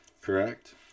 correct